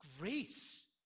grace